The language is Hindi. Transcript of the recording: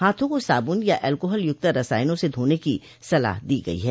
हाथों को साबुन या अल्कोहल युक्त रसायनों से धोने की सलाह दी गई है